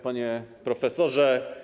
Panie Profesorze!